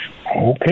Okay